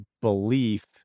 belief